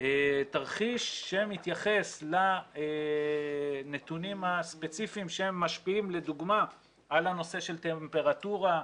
תרחיש שמתייחס לנתונים הספציפיים שמשפיעים לדוגמא על הנושא של טמפרטורה,